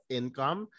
income